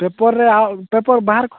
ପେପର୍ରେ ପେପର୍ ବାହାର